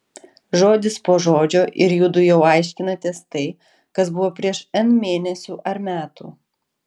žodis po žodžio ir judu jau aiškinatės tai kas buvo prieš n mėnesių ar metų